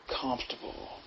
Comfortable